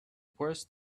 worse